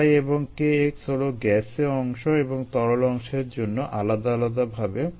kyএবং kx হলো গ্যাসীয় অংশ এবং তরল অংশের জন্য আলাদা আলাদাভাবে